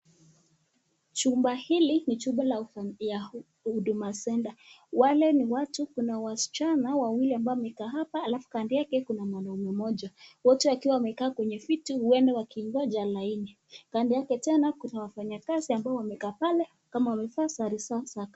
Chumba hili ni chumba la huduma center. Wale ni watu kuna wasichana wawili ambao wamekaa hapa alafu kando yake kuna mwanaume mmoja. Wote wakiwa wamekaa kwenye viti huenda wakingoja laini. Kando yake tena kuna wafanyi kazi wamekaa pale kama wamevaa sare zao.